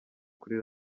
kuri